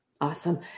Awesome